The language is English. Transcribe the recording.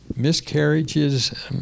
Miscarriages